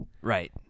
Right